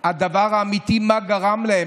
הדבר האמיתי שגרם להם.